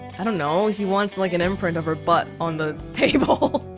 i don't know, he wants like, an imprint of your butt on the table